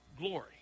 glory